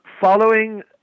following